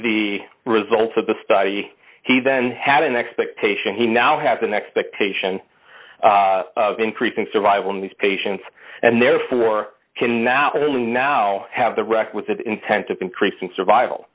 the results of the study he then had an expectation he now has an expectation of increasing survival in these patients and therefore can not only now have the requisite intent of increasing survival